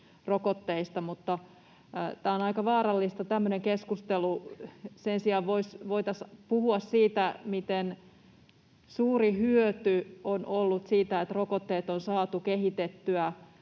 mutta on aika vaarallista tämmöinen keskustelu. Sen sijaan voitaisiin puhua siitä, miten suuri hyöty on ollut siitä, että rokotteet on saatu kehitettyä